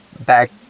back